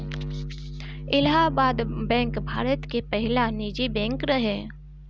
Allahabad bank Bharat के पहिला निजी बैंक रहे